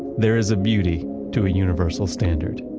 there is a beauty to a universal standard.